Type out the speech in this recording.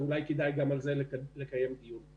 ואולי כדאי לקיים דיון גם על זה.